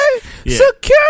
Security